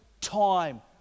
time